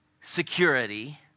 security